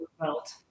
belt